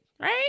right